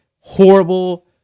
Horrible